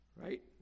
Right